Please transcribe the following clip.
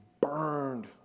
burned